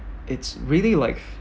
it's really like